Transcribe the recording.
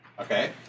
okay